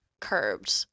curbed